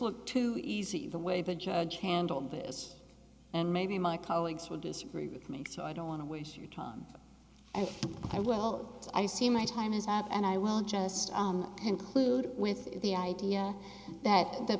looked too easy the way the judge handled this and maybe my colleagues will disagree with me so i don't want to waste your time and i will i see my time is up and i will just conclude with the idea that the